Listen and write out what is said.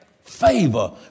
Favor